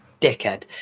dickhead